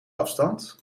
afstand